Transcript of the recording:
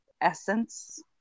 essence